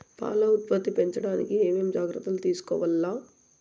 పాల ఉత్పత్తి పెంచడానికి ఏమేం జాగ్రత్తలు తీసుకోవల్ల?